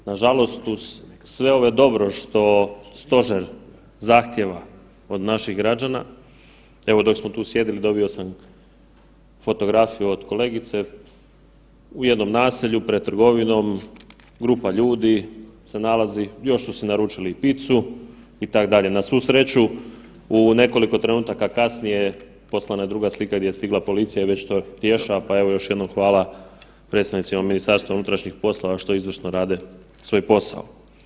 Nažalost uz sve ovo dobro što stožer zahtjeva od naših građana, evo dok smo tu sjedili dobio sam fotografiju od kolegice u jednom naselju pred trgovinom, grupa ljudi se nalazi još su si naručili i pizzu itd., na svu sreću u nekoliko trenutaka kasnije poslana je druga slika gdje je stigla policija i već to rješava, pa evo još jednom hvala predstavnicima MUP-a što izvrsno rade svoj posao.